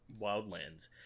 Wildlands